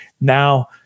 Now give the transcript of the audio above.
now